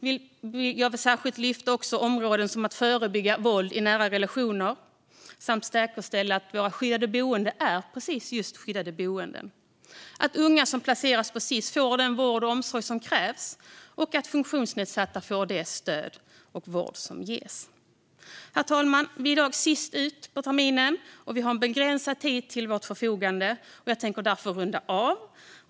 Jag vill även särskilt lyfta fram områden som att förebygga våld i nära relationer samt att säkerställa att våra skyddade boenden är just skyddade boenden. Unga som placeras på Sis ska få den vård och omsorg som krävs, och funktionsnedsatta ska få det stöd och den vård som behövs. Herr talman! Vi är i dag sist ut på terminen i kammaren. Vi har begränsad tid till vårt förfogande, och jag tänker därför runda av.